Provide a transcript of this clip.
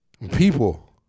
People